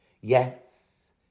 yes